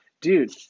dude